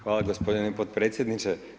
Hvala gospodine potpredsjedniče.